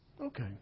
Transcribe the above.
Okay